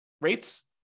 rates